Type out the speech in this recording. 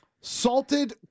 salted